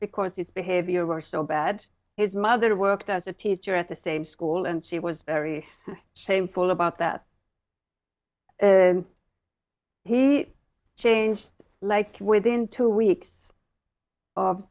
because his behavior was so bad his mother worked as a teacher at the same school and she was very shameful about that and he changed like within two weeks of